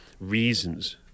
reasons